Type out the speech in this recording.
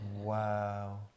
Wow